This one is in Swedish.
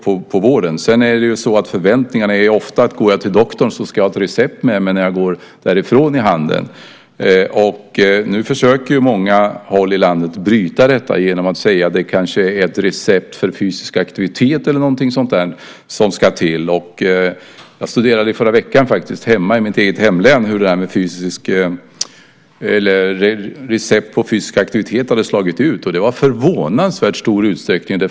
När patienterna går till doktorn är förväntningen dessutom ofta att de ska ha ett recept i handen när de går därifrån. På många håll i landet försöker man nu bryta detta genom att säga att det kanske i stället behövs ett recept på fysisk aktivitet eller något sådant. Jag studerade i förra veckan hur recept på fysisk aktivitet slagit ut i mitt hemlän, och det tillämpas i förvånansvärt stor utsträckning.